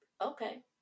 Okay